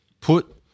put –